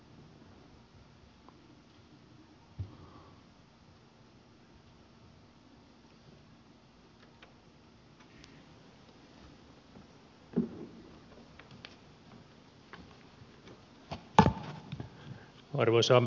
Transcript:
arvoisa puhemies